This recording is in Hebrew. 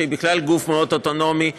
שהוא גוף אוטונומי מאוד,